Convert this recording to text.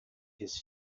his